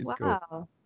Wow